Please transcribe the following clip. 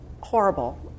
horrible